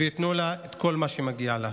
וייתנו לה את כל מה שמגיע לה.